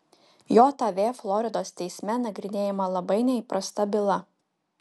jav floridos teisme nagrinėjama labai neįprasta byla